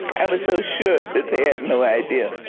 i was so sure that they had no idea